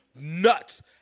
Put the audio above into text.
nuts